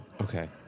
Okay